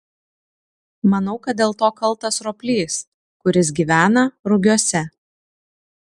manau kad dėl to kaltas roplys kuris gyvena rugiuose